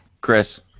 Chris